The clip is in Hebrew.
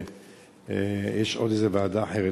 יש עוד ועדה אחרת,